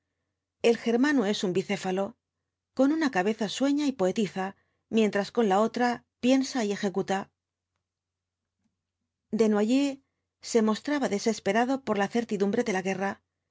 el germano es un bicéfalo con una cabeza sueña y poetiza mientras con la otra piensa y ejecuta desnoyers se mostraba desesperado por la certidumbre de la guerra